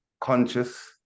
conscious